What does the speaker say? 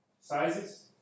sizes